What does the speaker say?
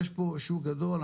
יש פה שוק גדול,